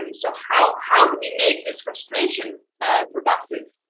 and so how how do we make this frustration productive?